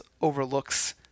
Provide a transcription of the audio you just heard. overlooks